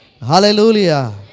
Hallelujah